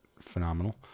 phenomenal